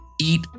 eat